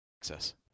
Access